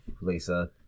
Lisa